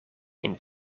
een